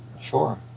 Sure